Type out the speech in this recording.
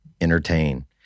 entertain